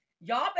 Y'all